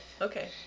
Okay